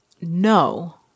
No